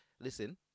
Listen